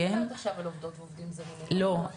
לא,